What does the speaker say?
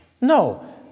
No